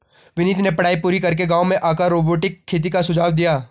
विनीत ने पढ़ाई पूरी करके गांव में आकर रोबोटिक खेती का सुझाव दिया